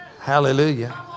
Hallelujah